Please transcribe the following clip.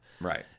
right